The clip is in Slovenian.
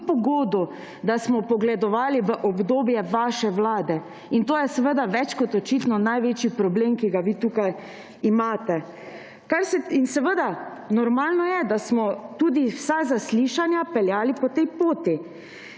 pogodu, da smo vpogledovali v obdobje vaše vlade. In to je seveda več kot očitno največji problem, ki ga vi tukaj imate. Normalno je, da smo tudi vsa zaslišanja peljali po tej poti.